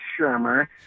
Shermer